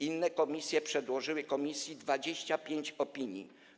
Inne komisje przedłożyły komisji 25 opinii.